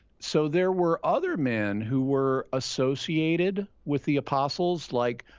so, there were other men who were associated with the apostles, like,